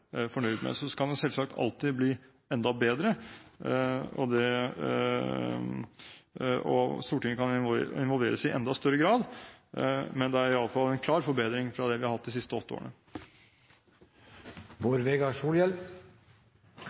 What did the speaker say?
fornøyd med. Så kan man selvsagt alltid bli enda bedre, og Stortinget kan involveres i enda større grad. Men det er i alle fall en klar forbedring fra slik det har vært de siste åtte årene.